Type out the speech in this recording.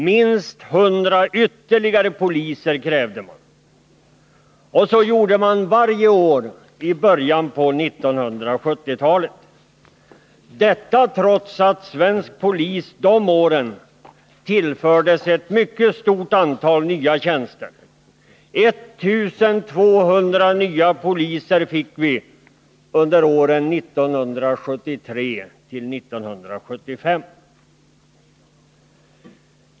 Minst 100 ytterligare poliser krävde man, och så gjorde man varje år i början på 1970-talet — detta trots att svensk polis de åren tillfördes ett mycket stort antal nya tjänster. 1 200 nya poliser fick vi under åren 1973-1975.